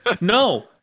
no